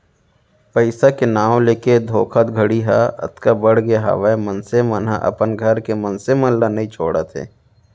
पइसा के नांव लेके धोखाघड़ी ह अतका बड़गे हावय मनसे मन ह अपन घर के मनसे मन ल नइ छोड़त हे